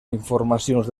informacions